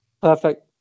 Perfect